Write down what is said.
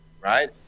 right